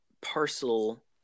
parcel